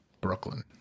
Brooklyn